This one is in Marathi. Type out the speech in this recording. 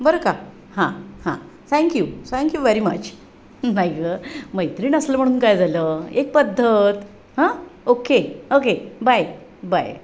बरं का हां हां थँक्यू थँक्यू व्हेरी मच नाही गं मैत्रीण असलं म्हणून काय झालं एक पद्धत हां ओके ओके बाय बाय